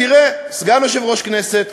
תראה: סגן יושב-ראש הכנסת,